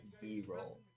B-roll